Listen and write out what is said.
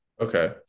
Okay